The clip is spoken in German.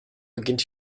beginnt